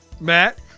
Matt